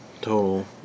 total